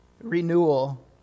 renewal